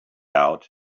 out